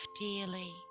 dearly